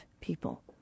people